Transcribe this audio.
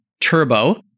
turbo